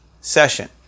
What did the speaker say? session